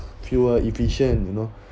fuel efficient you know